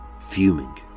fuming